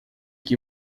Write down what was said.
que